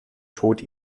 tod